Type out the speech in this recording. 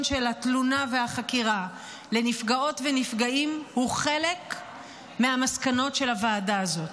של התלונה והחקירה הוא חלק מהמסקנות של הוועדה הזאת.